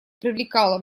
привлекала